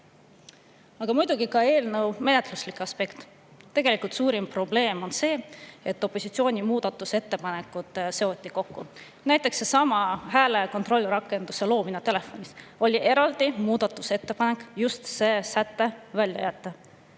Aga muidugi, ka eelnõu menetluslik aspekt. Suurim probleem on see, et opositsiooni muudatusettepanekud seoti kokku. Näiteks seesama hääle kontrollrakenduse loomine telefoni jaoks. Oli eraldi muudatusettepanek, et just see säte välja jätta,